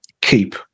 keep